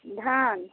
धान